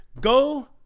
Go